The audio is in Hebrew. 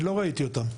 אני לא ראיתי אותם.